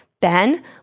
Ben